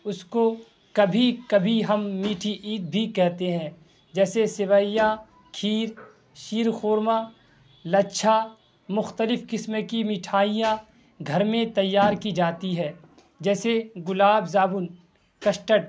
اس کو کبھی کبھی ہم میٹھی عید بھی کہتے ہیں جیسے سیویاں کھیر شیر خورما لچھا مختلف قسم کی مٹھائیاں گھر میں تیار کی جاتی ہے جیسے گلاب جامن کسٹرڈ